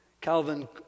Calvin